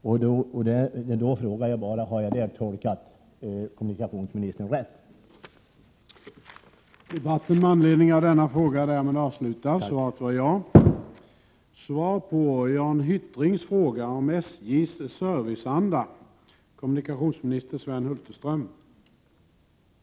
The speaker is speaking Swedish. Jag vill då fråga om jag har tolkat kommunikationsministern rätt. Han nickar bifall, och det tackar jag för.